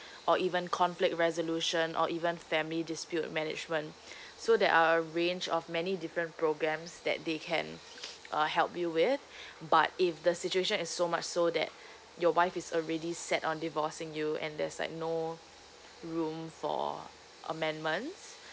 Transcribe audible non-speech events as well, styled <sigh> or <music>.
or even conflict resolution or even family dispute management <breath> so there are a range of many different programs that they can uh help you with <breath> but if the situation is so much so that your wife is already set on divorcing you and there's like no room for amendments